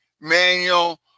manual